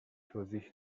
توضیح